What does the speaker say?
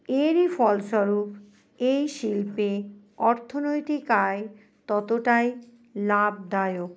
এরই ফলস্বরূপ এই শিল্পে অর্থনৈতিক আয় ততটাই লাভদায়ক